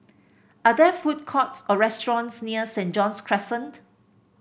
are there food courts or restaurants near Saint John's Crescent